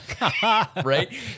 Right